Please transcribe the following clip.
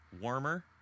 warmer